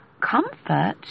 comfort